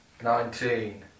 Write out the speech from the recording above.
Nineteen